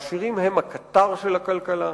העשירים הם הקטר של הכלכלה.